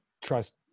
trust